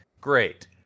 Great